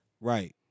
Right